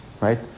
Right